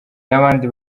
n’abandi